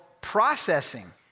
processing